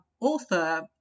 author